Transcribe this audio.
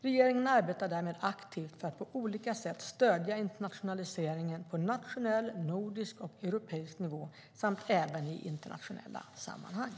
Regeringen arbetar därmed aktivt för att på olika sätt stödja internationaliseringen på nationell, nordisk och europeisk nivå samt även i internationella sammanhang.